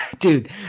Dude